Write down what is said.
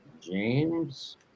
James